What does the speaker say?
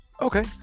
okay